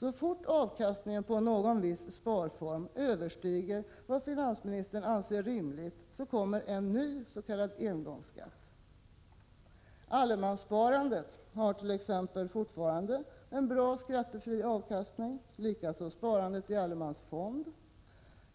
Så fort avkastningen på någon viss sparform överstiger vad finansministern anser rimligt kommer en ny s.k. engångsskatt. Allemanssparandet har t.ex. fortfarande en bra skattefri avkastning, likaså sparandet i allemansfond.